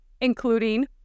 including